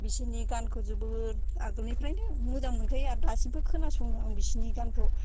बिसिनि गानखौ जोबोत आगोल निफ्रायनो मोजां मोनखायो आर दासिमबो खोनासङो आं बिसिनि गानखौ